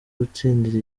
gutsindira